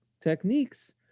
techniques